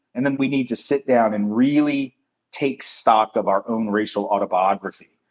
and then we need to sit down and really take stock of our own racial autobiography.